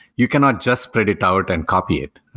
you cannot just spread it out and copy it.